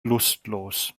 lustlos